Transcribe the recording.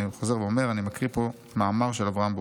אני חוזר ואומר: אני קורא פה מאמר של אברהם בורג.